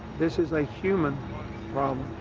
this is a human problem.